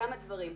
כמה דברים.